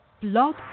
blog